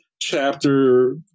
chapter